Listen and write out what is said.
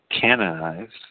canonized